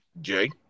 Jay